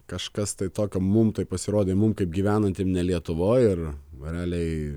kažkas tai tokio mum tai pasirodė mum kaip gyvenantiem ne lietuvoj ir realiai